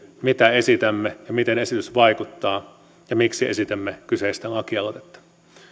mitä esitämme miten esitys vaikuttaa ja miksi esitämme kyseistä lakialoitetta